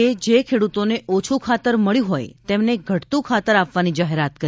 એ જે ખેડૂતોને ઓછૂ ખાતર મળ્યું હોય તેમને ઘટતું ખાતર આપવાની જાહેરાત કરી